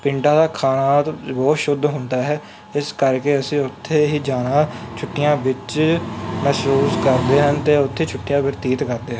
ਪਿੰਡਾਂ ਦਾ ਖਾਣਾ ਬਹੁਤ ਸ਼ੁੱਧ ਹੁੰਦਾ ਹੈ ਇਸ ਕਰਕੇ ਅਸੀਂ ਉੱਥੇ ਹੀ ਜਾਣਾ ਛੁੱਟੀਆਂ ਵਿੱਚ ਮਹਿਸੂਸ ਕਰਦੇ ਹਨ ਅਤੇ ਉੱਥੇ ਛੁੱਟੀਆਂ ਬਤੀਤ ਕਰਦੇ